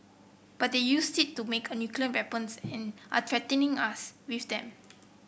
but they used it to make a nuclear weapons and are threatening us with them